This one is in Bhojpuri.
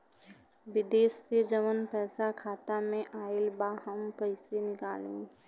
विदेश से जवन पैसा खाता में आईल बा हम कईसे निकाली?